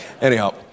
Anyhow